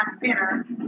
center